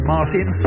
Martin